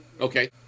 Okay